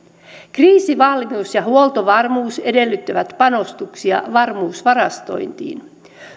kriisivalmius ja huoltovarmuus edellyttävät panostuksia varmuusvarastointiin